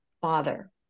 father